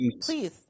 please